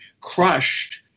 Crushed